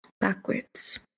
Backwards